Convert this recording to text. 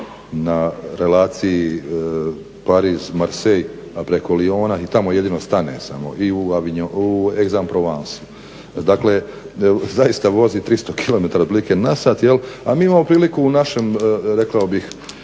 na relaciji Pariz-Marsej a preko Liona i tamo jedino stane samo i Exam-Provence dakle zaista vozi 300km/h otprilike, a mi imamo priliku u našem rekao bih